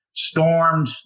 Stormed